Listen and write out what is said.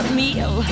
meal